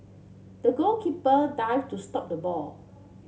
the goalkeeper dived to stop the ball